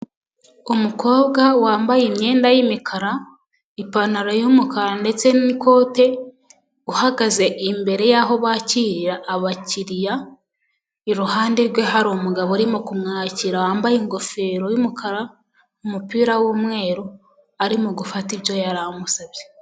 Umukobwa wambaye imyenda y'imikara, ipantaro y'umukara ndetse n'ikote, uhagaze imbere y'aho bakirira abakiriya, iruhande rwe hari umugabo urimo kumwakira wambaye ingofero y'umukara, umupira w'umweru, arimo gufata ibyo yari amusabye.